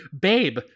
babe